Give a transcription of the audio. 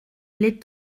les